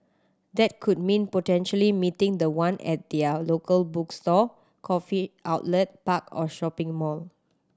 that could mean potentially meeting the one at their local bookstore coffee outlet park or shopping mall